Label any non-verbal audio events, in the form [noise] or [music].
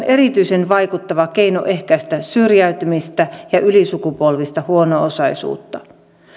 [unintelligible] erityisen vaikuttava keino ehkäistä syrjäytymistä ja ylisukupolvista huono osaisuutta